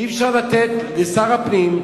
אי-אפשר לתת לשר הפנים,